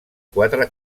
quatre